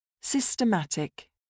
Systematic